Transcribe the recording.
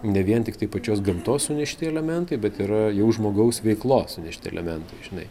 ne vien tiktai pačios gamtos sunešti elementai bet yra jau žmogaus veiklos sunešti elementai žinai